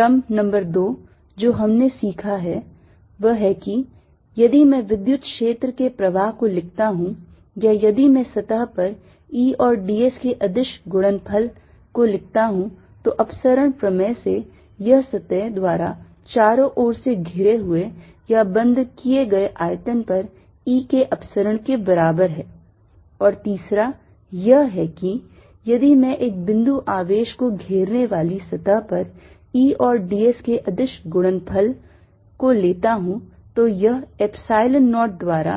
क्रम नंबर 2 जो हमने सीखा वह है कि यदि मैं विद्युत क्षेत्र के प्रवाह को लिखता हूं या यदि मैं सतह पर E और ds के अदिश गुणनफल को लिखता हूं तो अपसरण प्रमेय से यह सतह द्वारा चारों ओर से घेरे हुए या बंद किए गए आयतन पर E के अपसरण के बराबर है और तीसरा यह है कि यदि मैं एक बिंदु आवेश को घेरने वाली सतह पर E और ds के अदिश गुणनफल को लेता हूं तो यह epsilon zero द्वारा